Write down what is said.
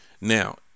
Now